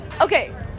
okay